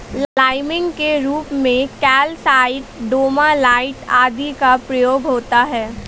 liming के रूप में कैल्साइट, डोमालाइट आदि का प्रयोग होता है